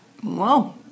Whoa